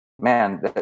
man